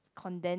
condense